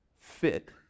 fit